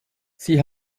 sie